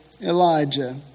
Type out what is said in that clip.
Elijah